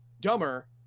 dumber